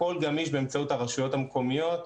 הכול גמיש באמצעות הרשויות המקומיות.